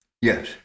Yes